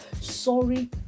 Sorry